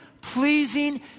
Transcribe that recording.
pleasing